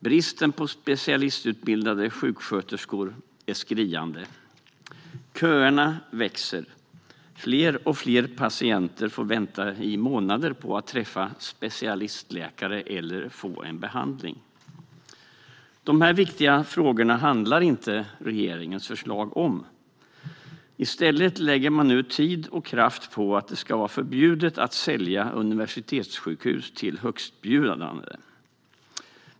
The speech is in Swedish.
Bristen på specialistutbildade sjuksköterskor är skriande. Köerna växer. Och allt fler patienter får vänta i månader på att träffa specialistläkare eller på att få en behandling. Regeringens förslag handlar inte om de här viktiga frågorna. I stället lägger man tid och kraft på att det ska vara förbjudet att sälja universitetssjukhus till högstbjudande.